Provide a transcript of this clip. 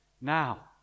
Now